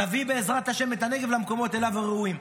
נביא, בעזרת השם, את הנגב למקומות שהוא ראוי להם.